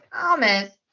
Thomas